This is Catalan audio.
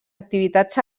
activitats